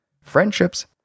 friendships